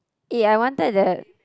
eh I wanted that